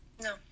No